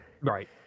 right